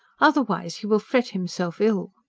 otherwise he will fret himself ill.